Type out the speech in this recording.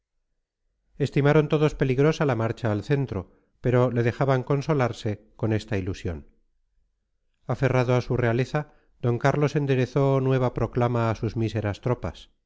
estimaron todos peligrosa la marcha al centro pero le dejaban consolarse con esta ilusión aferrado a su realeza d carlos enderezó nueva proclama a sus míseras tropas